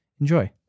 enjoy